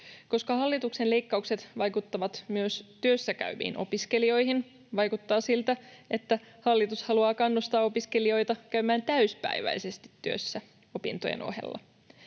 Koska hallituksen leikkaukset vaikuttavat myös työssäkäyviin opiskelijoihin, vaikuttaa siltä, että hallitus haluaa kannustaa opiskelijoita käymään täyspäiväisesti työssä opintojen ohella.